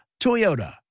Toyota